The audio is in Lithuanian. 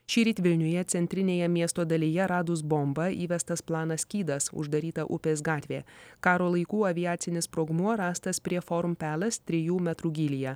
šįryt vilniuje centrinėje miesto dalyje radus bombą įvestas planas skydas uždaryta upės gatvė karo laikų aviacinis sprogmuo rastas prie forum palace trijų metrų gylyje